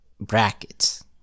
brackets